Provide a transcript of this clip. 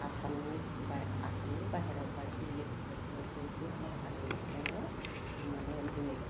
आसामनि बा आसामनि बाइहेरायाव बा दिल्लीफोरबायदियावबो बे मोसानायनिफ्रायनो माने दिनै